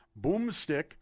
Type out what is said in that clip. Boomstick